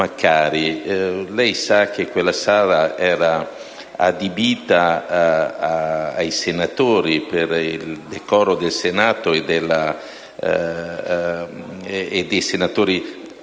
lei sa, la sala era adibita ai senatori per il decoro del Senato e dei senatori